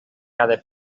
cada